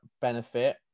benefit